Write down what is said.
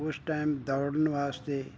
ਉਸ ਟਾਈਮ ਦੌੜਨ ਵਾਸਤੇ